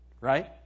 Right